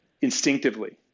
instinctively